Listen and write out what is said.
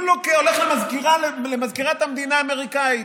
הוא הולך למזכירת המדינה האמריקנית,